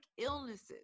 illnesses